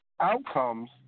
outcomes